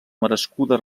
merescuda